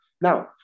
Now